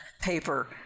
paper